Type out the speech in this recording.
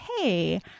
Hey